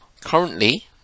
currently